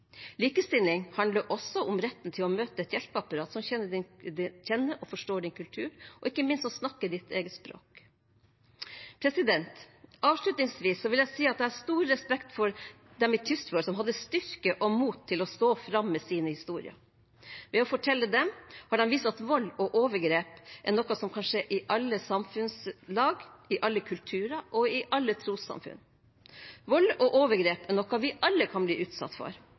Likestilling handler også om retten til å møte et hjelpeapparat som kjenner og forstår din kultur, og som ikke minst snakker ditt eget språk. Avslutningsvis vil jeg si at jeg har stor respekt for de i Tysfjord som hadde styrke og mot til å stå fram med sine historier. Ved å fortelle dem har de vist at vold og overgrep er noe som kan skje i alle samfunnslag, i alle kulturer og i alle trossamfunn. Vold og overgrep er noe vi alle kan bli utsatt for.